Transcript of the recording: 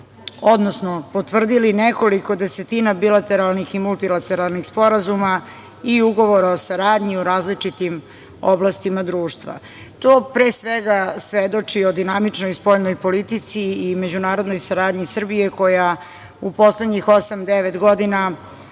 odnosno potvrdili nekoliko desetina bilateralnih i multilateralnih sporazuma i ugovora o saradnji u različitim oblastima društva. To pre svega svedoči o dinamičnoj spoljnoj politici i međunarodnoj saradnji Srbije koja u poslednjih osam,